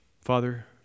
Father